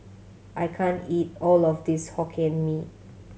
I can't eat all of this Hokkien Mee